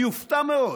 אני אופתע מאוד.